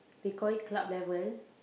they call it club level